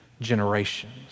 generations